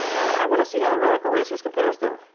i want to see how the radical racers compares, though.